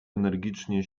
energiczne